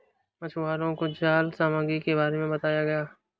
मछुवारों को जाल सामग्री के बारे में बताया गया